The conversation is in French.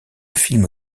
film